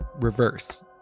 reverse